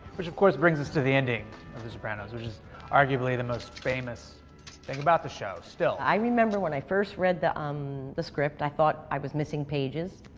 which, of course, brings us to the ending of the sopranos which is arguably the most famous thing about the show, still. i remember when i first read the um the script, i thought i was missing pages,